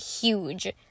huge